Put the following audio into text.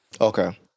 Okay